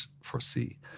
foresee